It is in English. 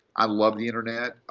i love the internet.